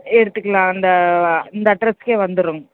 எடுத்துக்கலாம் இந்த இந்த அட்ரெஸ்க்கே வந்துர்றோங்க